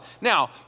Now